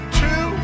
two